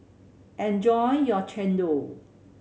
enjoy your chendol